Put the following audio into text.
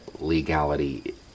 legality